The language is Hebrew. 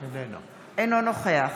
אינו נוכח